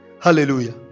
Hallelujah